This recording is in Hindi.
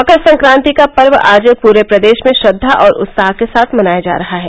मकर सक्रांति का पर्व आज पूरे प्रदेश में श्रद्धा और उत्साह के साथ मनाया जा रहा है